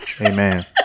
amen